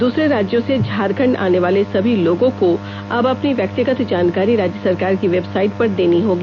दूसरे राज्यों से झारखंड आनेवाले सभी लोगों को अब अपनी व्यक्तिगत जानकारी राज्य सरकार की वेबसाइट पर देनी होगी